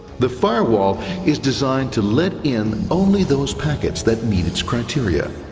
the firewall is designed to let in only those packets that meet its criteria.